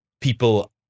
people